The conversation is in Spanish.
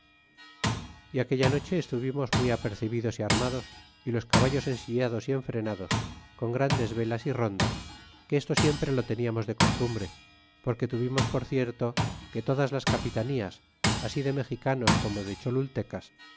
é aquella noche estuvimos muy apercebidos y armados y los caballos ensillados y enfrenados con grandes velas y rondas que esto siempre lo teniamos de costumbre porque tuvimos por cierto que todas las capitanías así de mexicanos como de cholultecas